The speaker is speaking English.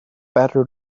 better